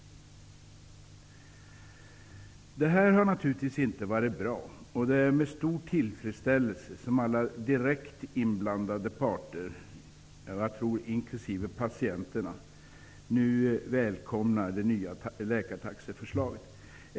Detta har naturligtvis inte varit bra, och det är med stor tillfredsställelse alla direkt inblandade parter, inklusive patienterna, nu välkomnar det här läkartaxeförslaget.